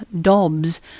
Dobbs